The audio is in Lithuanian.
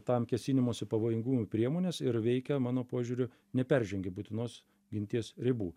tam kėsinimosi pavojingumui priemones ir veikia mano požiūriu neperžengė būtinos ginties ribų